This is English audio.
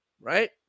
right